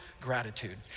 gratitude